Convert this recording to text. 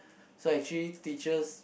so actually teachers